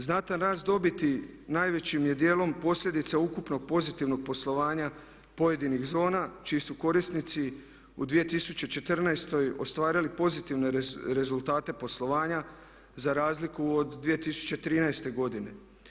Znatan rast dobiti najvećim je dijelom posljedica ukupnog pozitivnog poslovanja pojedinih zona čiji su korisnici u 2014. ostvarili pozitivne rezultate poslovanja za razliku od 2013. godine.